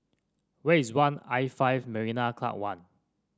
where is One I Five Marina Club One